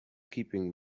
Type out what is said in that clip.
keeping